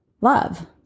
love